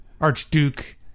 Archduke